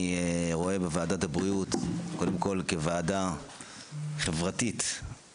אני רואה בוועדת הבריאות כוועדה חברתית קודם כול.